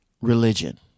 religion